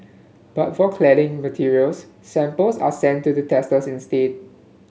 but for cladding materials samples are sent to the testers instead